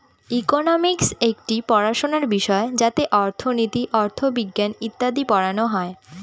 economics একটি পড়াশোনার বিষয় যাতে অর্থনীতি, অথবিজ্ঞান ইত্যাদি পড়ানো হয়